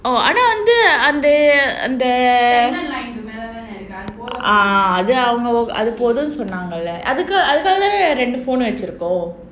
oh ஆனா வந்து:aanaa vandhu ah அது போதும்னு சொன்னங்களே அதுக்குத்தானே ரெண்டு:adhu podhumnu sonnangala adhukuthane rendu phone வச்சிருக்கோம்: vachirukom